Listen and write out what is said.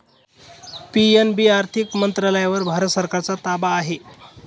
PNB आर्थिक मंत्रालयावर भारत सरकारचा ताबा आहे